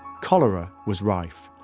cholera was rife.